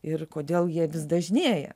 ir kodėl jie vis dažnėja